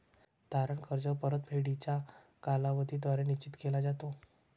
तारण कर्ज परतफेडीचा कालावधी द्वारे निश्चित केला जातो